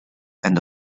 and